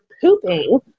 pooping